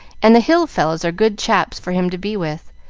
and the hill fellows are good chaps for him to be with.